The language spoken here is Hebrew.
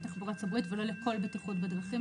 תחבורה ציבורית ולא לכל בטיחות בדרכים,